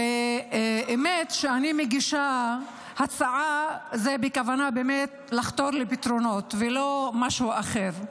האמת היא שאני מגישה הצעה בכוונה לחתור באמת לפתרונות ולא משהו אחר.